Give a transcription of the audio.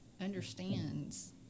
understands